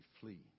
flee